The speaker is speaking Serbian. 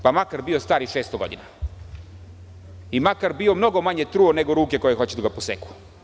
Dakle, makar bio star i 600 godina i makar bio mnogo manje truo nego ruke koje hoće da ga poseku.